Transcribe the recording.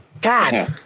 God